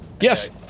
Yes